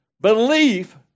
belief